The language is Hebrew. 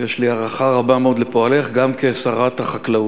ויש לי הערכה רבה מאוד לפועלך גם כשרת החקלאות.